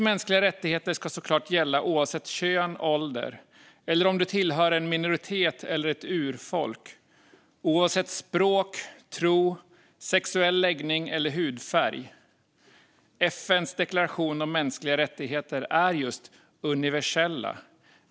Mänskliga rättigheter ska såklart gälla oavsett kön, ålder eller om man tillhör en minoritet eller ett urfolk. De ska gälla oavsett språk, tro, sexuell läggning eller hudfärg. FN:s deklaration om mänskliga rättigheter är just universell.